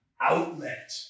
outlet